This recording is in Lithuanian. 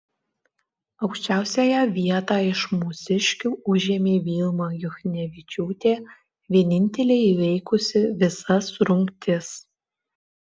aukščiausiąją vietą iš mūsiškių užėmė vilma juchnevičiūtė vienintelė įveikusi visas rungtis